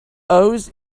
owes